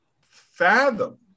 fathom